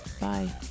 Bye